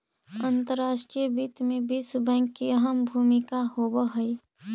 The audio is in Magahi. अंतर्राष्ट्रीय वित्त में विश्व बैंक की अहम भूमिका होवअ हई